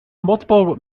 multiple